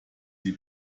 sie